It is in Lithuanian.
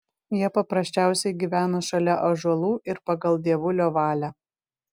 jie paprasčiausiai gyveno šalia ąžuolų ir pagal dievulio valią